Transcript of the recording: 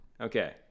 Okay